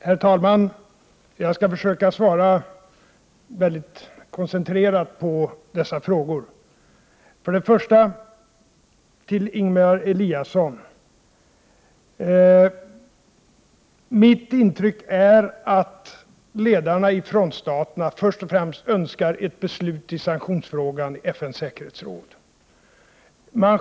Herr talman! Jag skall försöka svara mycket koncentrerat på dessa frågor. Först vill jag säga följande till Ingemar Eliasson: Mitt intryck är att ledarna i frontstaterna först och främst önskar ett beslut i sanktionsfrågan i FN:s säkerhetsråd.